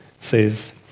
says